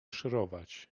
szorować